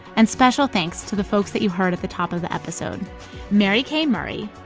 and special thanks to the folks that you heard at the top of the episode mary k. murray,